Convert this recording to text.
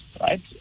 right